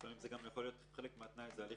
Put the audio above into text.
לפעמים חלק מהתנאי יכול להיות הליך